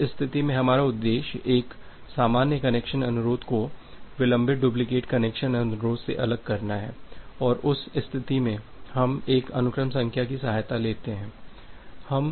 तो उस स्थिति में हमारा उद्देश्य एक सामान्य कनेक्शन अनुरोध को विलंबित डुप्लिकेट कनेक्शन अनुरोध से अलग करना है और उस स्थिति में हम एक अनुक्रम संख्या की सहायता लेते हैं